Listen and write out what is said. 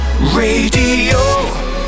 Radio